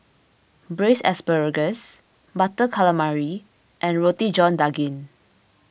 Braised Asparagus Butter Calamari and Roti John Daging